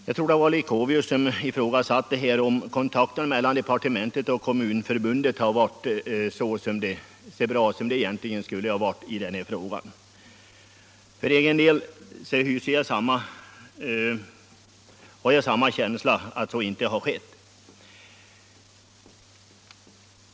Herr Leuchovius ifrågasatte om kontakterna mellan departementet och Kommunförbundet har varit så bra i den här frågan som de egentligen skulle ha varit. För egen del har jag samma känsla.